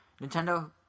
Nintendo